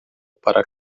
para